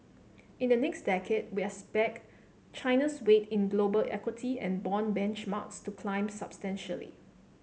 in the next decade we expect China's weight in global equity and bond benchmarks to climb substantially